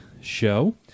show